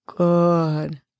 Good